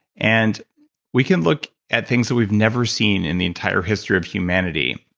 and we can look at things that we've never seen in the entire history of humanity,